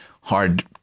hard